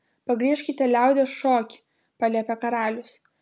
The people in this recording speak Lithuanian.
pagriežkite liaudies šokį paliepė karalius